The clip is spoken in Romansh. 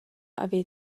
haver